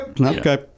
Okay